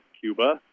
Cuba